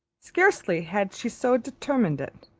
scarcely had she so determined it,